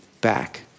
back